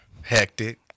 Hectic